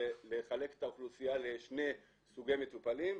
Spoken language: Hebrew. זה לחלק את האוכלוסייה לשני סוגי מטופלים,